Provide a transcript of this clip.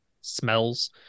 smells